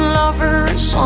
lovers